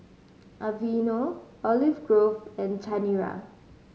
Aveeno Olive Grove and Chanira